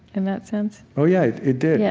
in that sense? oh, yeah, it did. yeah